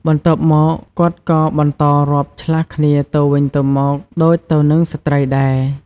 បន្ទាប់មក គាត់ក៏បន្តរាប់ឆ្លាស់គ្នាទៅវិញទៅមកដូចទៅនឹងស្ត្រីដែរ។